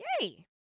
yay